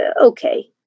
okay